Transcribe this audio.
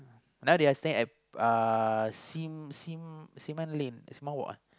now they are staying at uh Sim Sim-Lim